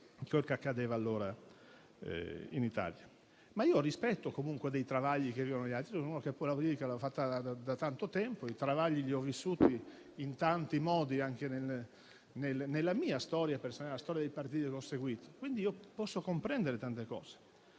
Ho rispetto dei travagli che vivono gli altri; sono uno che fa politica da tanto tempo e i travagli li ho vissuti in tanti modi, anche nella mia storia personale, e la storia dei partiti l'ho seguita. Quindi posso comprendere tante cose